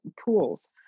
pools